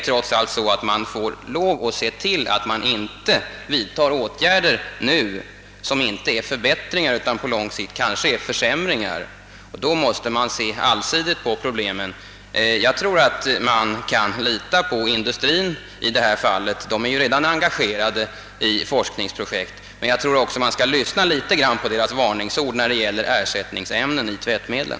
Trots allt måste man se till att man inte nu vidtar åtgärder, som inte är några förbättringar utan kanske på lång sikt försämringar. Man måste se allsidigt på problemen. Jag tror att man i detta fall kan lita på industrin. Den är redan engagerad i utredningsarbete. Jag tror också att man skall lyssna något på industrins varningsord när det gäller ersättningsämnen i tvättmedlen.